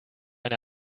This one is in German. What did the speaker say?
eine